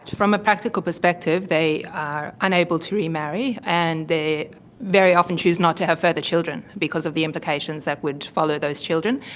from a practical perspective they are unable to remarry and they very often choose not to have further children because of the implications that would follow those children.